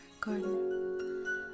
Garden